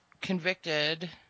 convicted